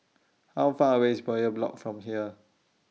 How Far away IS Bowyer Block from here